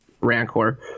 rancor